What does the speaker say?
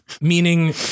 meaning